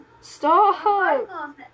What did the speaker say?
Stop